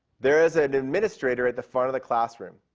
there is an administrator at the front of the classroom.